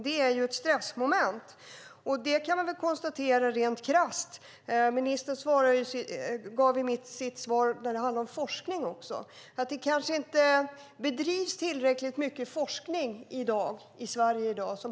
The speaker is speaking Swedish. Det är ett stressmoment, och det kan vi konstatera rent krasst. Ministern sade i sitt svar att det kanske inte bedrivs tillräckligt mycket forskning i Sverige i dag.